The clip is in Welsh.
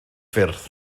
ffyrdd